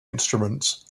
instruments